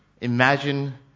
imagine